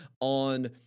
on